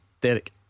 Derek